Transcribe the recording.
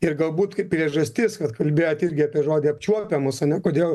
ir galbūt kaip priežastis vat kalbėjot irgi apie žodį apčiuopiamus ane kodėl